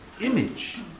image